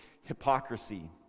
hypocrisy